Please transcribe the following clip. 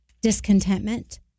discontentment